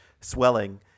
swelling